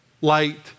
light